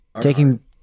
taking